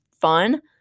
fun